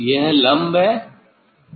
यह लम्ब है